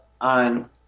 on